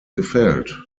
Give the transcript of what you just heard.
gefällt